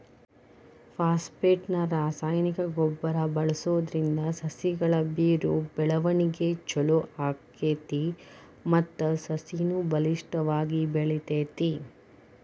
phosphate ನ ರಾಸಾಯನಿಕ ಗೊಬ್ಬರ ಬಳ್ಸೋದ್ರಿಂದ ಸಸಿಗಳ ಬೇರು ಬೆಳವಣಿಗೆ ಚೊಲೋ ಆಗ್ತೇತಿ ಮತ್ತ ಸಸಿನು ಬಲಿಷ್ಠವಾಗಿ ಬೆಳಿತೇತಿ